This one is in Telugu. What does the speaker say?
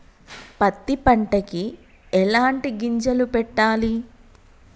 పత్తి పంటకి ఎలాంటి గింజలు పెట్టాలి?